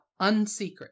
unsecret